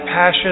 passion